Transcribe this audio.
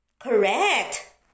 Correct